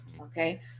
Okay